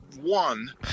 one